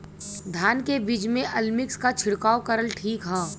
धान के बिज में अलमिक्स क छिड़काव करल ठीक ह?